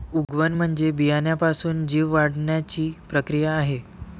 उगवण म्हणजे बियाण्यापासून जीव वाढण्याची प्रक्रिया आहे